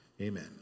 amen